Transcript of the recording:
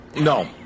no